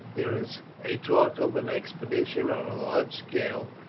there is a talk of an expedition on a large scale,